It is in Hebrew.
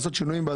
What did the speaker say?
לעשות שינויים.